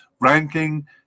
ranking